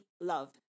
love